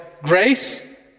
grace